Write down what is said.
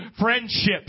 friendships